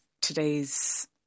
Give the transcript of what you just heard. today's